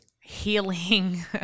Healing